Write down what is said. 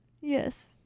Yes